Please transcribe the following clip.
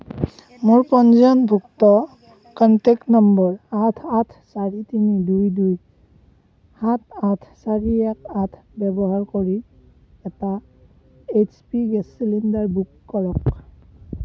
মোৰ পঞ্জীয়নভুক্ত contact number আঠ আঠ চাৰি তিনি দুই দুই সাত আঠ চাৰি এক আঠ ব্যৱহাৰ কৰি এটা H P gas cylinder book কৰক